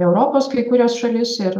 europos kai kurias šalis ir